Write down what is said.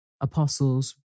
apostles